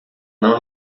não